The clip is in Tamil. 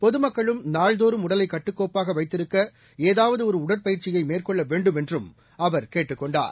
பொதுமக்களும் நாள்தோறும் உடலை கட்டுக்கோப்பாக வைத்திருக்க ஏதாவது ஒரு உடற்பயிற்சியை மேற்கொள்ள வேண்டும் என்றும் அவர் கேட்டுக் கொண்டார்